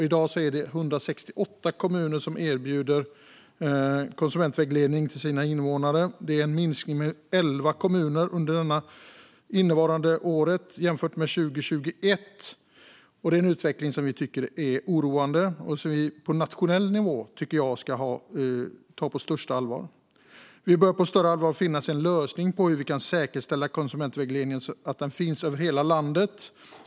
I dag är det 168 kommuner som erbjuder konsumentvägledning till sina invånare. Det är en minskning med 11 kommuner, under innevarande år, jämfört med 2021. Det är en utveckling som vi tycker är oroande och som jag tycker att vi på nationell nivå ska ta på största allvar. Vi bör på större allvar finna en lösning på hur vi kan säkerställa att konsumentvägledning finns över hela landet.